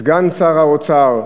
סגן שר האוצר,